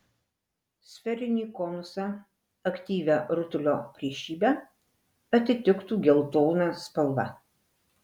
sferinį konusą aktyvią rutulio priešybę atitiktų geltona spalva